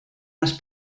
les